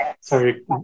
Sorry